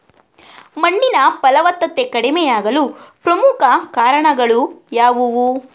ಮಣ್ಣಿನ ಫಲವತ್ತತೆ ಕಡಿಮೆಯಾಗಲು ಪ್ರಮುಖ ಕಾರಣಗಳು ಯಾವುವು?